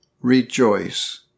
rejoice